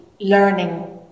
learning